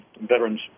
Veterans